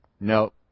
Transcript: No